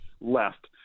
left